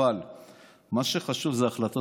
אבל מה שחשוב זה החלטות